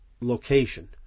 location